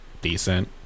decent